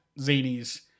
Zany's